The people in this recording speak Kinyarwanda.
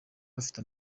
bafite